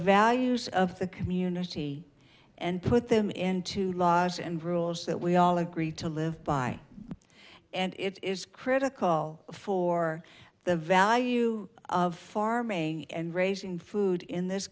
values of the community and put them into laws and rules that we all agree to live by and it is critical for the value of farming and raising food in this